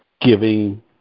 giving